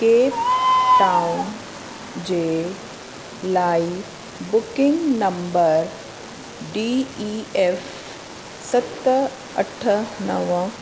cap Town जे लाइ booking number D E F सत अठ नव